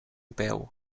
peu